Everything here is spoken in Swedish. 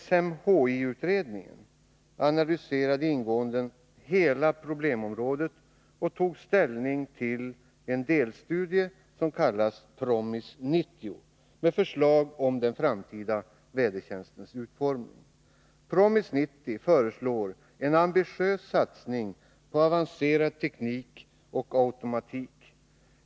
SMHI-utredningen analyserade ingående hela problemområdet och tog ställning till en delstudie som kallas PROMIS 90 med förslag om den framtida vädertjänstens utformning. I PROMIS 90 föreslås en ambitiös satsning på avancerad teknik och automatik.